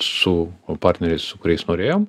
su partneriais su kuriais norėjom